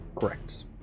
Correct